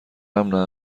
امن